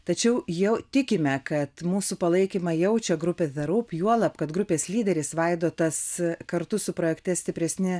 tačiau jau tikime kad mūsų palaikymą jaučia grupė the roop juolab kad grupės lyderis vaidotas kartu su projekte stipresni